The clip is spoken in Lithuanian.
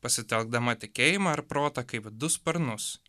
pasitelkdama tikėjimą ir protą kaip du sparnus